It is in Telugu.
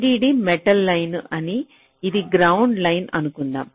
VDD మెటల్ లైన్ అని ఇది గ్రౌండ్ లైన్ అనుకుందాం